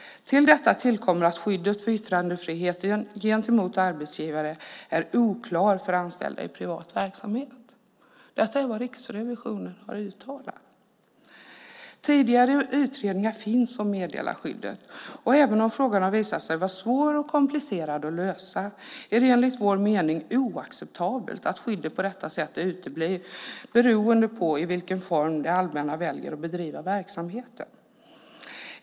Till detta kommer att skyddet för yttrandefriheten gentemot arbetsgivare är oklart för anställda i privat verksamhet. Detta är vad Riksrevisionen har uttalat. Tidigare utredningar om meddelarskyddet finns. Även om frågan har visat sig vara svår och komplicerad att lösa är det enligt vår mening oacceptabelt att skyddet på detta sätt uteblir beroende på i vilken form det allmänna väljer att bedriva verksamheten.